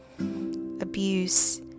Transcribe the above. abuse